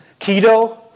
Keto